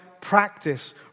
practice